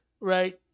Right